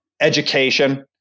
education